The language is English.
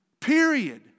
Period